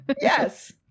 Yes